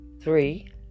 three